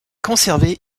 conservé